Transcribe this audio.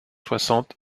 soixante